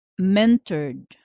mentored